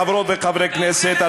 חברות וחברי הכנסת,